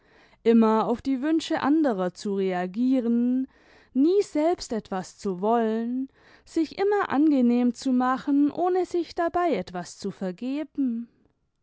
immer auf die wünsche anderer zu reagieren nie selbst etwas zu wollen sich immer angenehm zu machen ohne sich dabei etwas zu vergeben